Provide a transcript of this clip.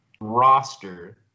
roster